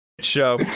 show